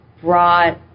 brought